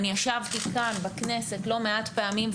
אני ישבתי כאן בכנסת לא מעט פעמים,